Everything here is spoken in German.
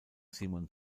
simon